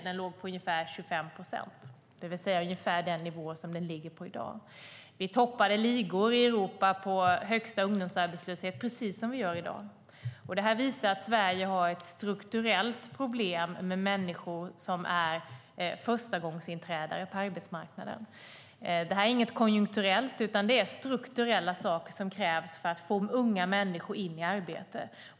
Den låg på ungefär 25 procent, det vill säga ungefär den nivå som den ligger på i dag. Vi toppade ligor i Europa med högst ungdomsarbetslöshet, precis som vi gör i dag. Det visar att Sverige har ett strukturellt problem med människor som är förstagångsinträdare på arbetsmarknaden. Det är inget konjunkturellt, utan det är strukturella åtgärder som krävs för att få unga människor i arbete.